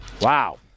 Wow